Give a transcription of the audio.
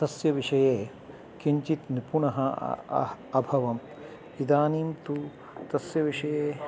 तस्य विषये किञ्चित् निपुणः अभवम् इदानीं तु तस्य विषये